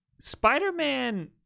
Spider-Man